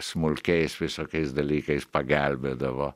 smulkiais visokiais dalykais pagelbėdavo